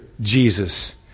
Jesus